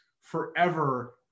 forever